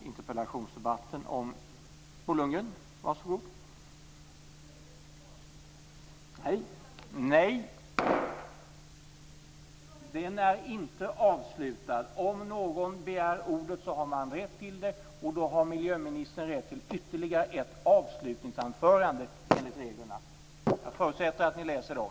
Interpellationsdebatten är inte avslutad. Om någon begär ordet har man rätt till det, och miljöministern har då rätt till ytterligare ett avslutningsanförande enligt reglerna. Jag förutsätter att ni läser dem.